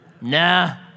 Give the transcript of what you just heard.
Nah